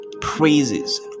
Praises